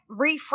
refreeze